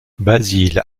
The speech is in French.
basile